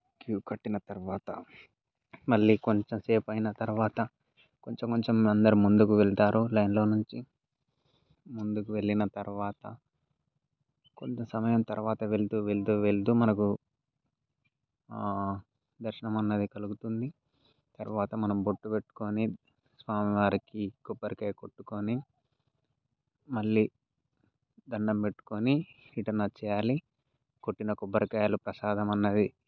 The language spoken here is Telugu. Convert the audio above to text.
క్యూ కట్టిన తర్వాత మళ్ళీ కొంచెం సేపు అయిన తర్వాత కొంచెం కొంచెం అందరు ముందుకు వెళ్తారో లైన్లో నుంచి ముందుకు వెళ్ళిన తర్వాత కొంచెం సమయం తర్వాత వెళ్తూ వెళ్తూ వెళ్తూ మనకు దర్శనం అన్నది కలుగుతుంది తర్వాత మనం బొట్టు పెట్టుకొని స్వామివారికి కొబ్బరికాయ కొట్టుకొని మళ్ళీ దండం పెట్టుకొని ఇటన్నా వచ్చేయాలి కొట్టిన కొబ్బరికాయలు ప్రసాదం అన్నది